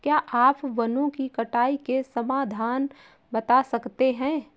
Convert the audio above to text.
क्या आप वनों की कटाई के समाधान बता सकते हैं?